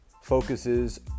focuses